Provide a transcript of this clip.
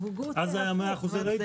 גוטה, הפוך.